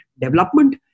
development